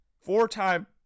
four-time